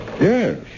Yes